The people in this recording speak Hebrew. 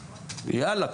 יאללה,